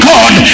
God